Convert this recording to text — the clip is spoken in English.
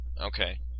Okay